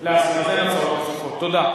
אם קרה,